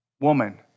woman